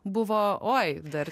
buvo oi dar